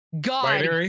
God